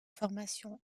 formation